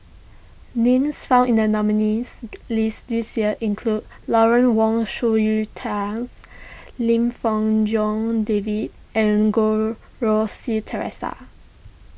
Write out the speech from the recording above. names found in the nominees' list this year include Lawrence Wong Shyun Lim Fong Jock David and Goh Rui Si theresa